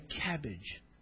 cabbage